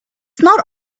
not